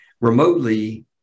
remotely